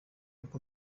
uko